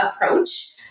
approach